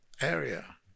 area